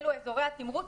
אלו אזורי התמרוץ,